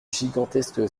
gigantesque